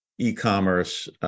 e-commerce